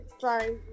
sorry